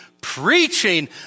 preaching